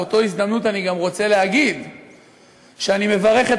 באותה הזדמנות אני גם רוצה להגיד שאני מברך את